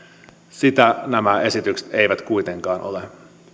sitä nämä esitykset eivät kuitenkaan ole